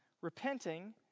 repenting